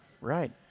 right